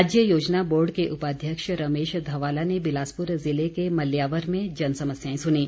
राज्य योजना बोर्ड के उपाध्यक्ष रमेश धवाला ने बिलासपुर ज़िले के मल्यावर में जन समस्याएं सुनीं